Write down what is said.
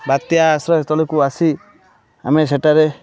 ବାତ୍ୟା ଆଶ୍ରୟ ସ୍ଥଳୀ କୁ ଆସି ଆମେ ସେଠାରେ